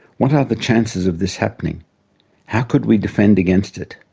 what are the chances of this happening how could we defend against it?